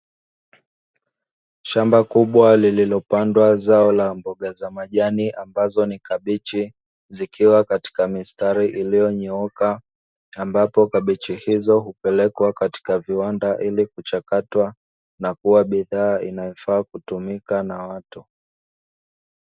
Shamba kubwa lililopandwa zao la mboga za majani ambazo ni kabichi zikiwa katika mistari iliyonyooka, ambapo kabeji hizo hupelekwa katika viwanda ili kuchakatwa na kuwa bidhaa inayofaa kutumika na watu.